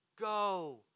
go